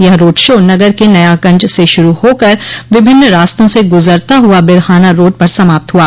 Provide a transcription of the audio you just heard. यह road show नगर के नया गंज से शुरू हो कर विभिन्न रास्तों से गुजरता हुआ बिरहाना रोड़ पर समाप्त हुआ